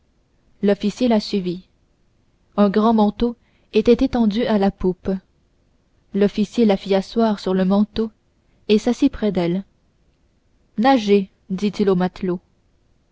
l'officier la suivit un grand manteau était étendu à la poupe l'officier la fit asseoir sur le manteau et s'assit près d'elle nagez dit-il aux matelots